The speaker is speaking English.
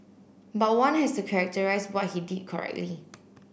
but one has to characterise what he did correctly